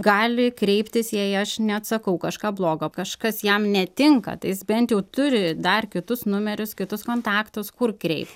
gali kreiptis jei aš neatsakau kažką blogo kažkas jam netinka tai jis bent jau turi dar kitus numerius kitus kontaktus kur kreip